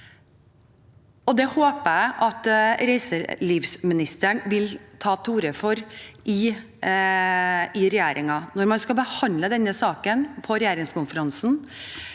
det håper jeg at reiselivsministeren vil ta til orde for i regjeringen når man skal behandle denne saken på regjeringskonferansen.